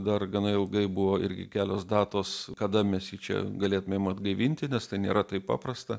dar gana ilgai buvo irgi kelios datos kada mes jį čia galėtumėm atgaivinti nes tai nėra taip paprasta